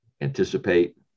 anticipate